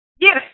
Yes